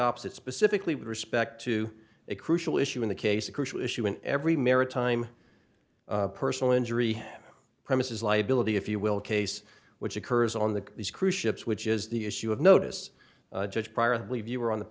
opposite specifically with respect to a crucial issue in the case a crucial issue in every maritime personal injury premises liability if you will case which occurs on the these cruise ships which is the issue of notice just prior to leave you are on the